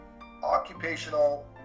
occupational